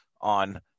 on